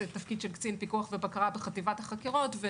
זה תפקיד של קצין פיקוח ובקרה בחטיבת החקירות.